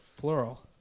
plural